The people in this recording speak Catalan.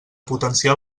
potenciar